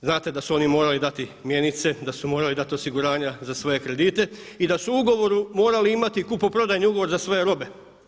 Znate da su oni morali dati mjenice, da su morali dati osiguranja za svoje kredite i da su u ugovoru morali imati kupoprodajni ugovor za svoje robe.